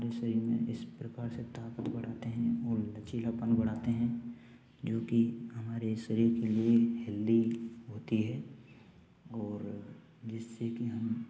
हमारे शरीर में इस प्रकार से ताकत बढ़ाते हैं और लचीलापन बढ़ाते हैं क्योंकि हमारे शरीर के लिए हेल्दी होती है और जिससे कि हम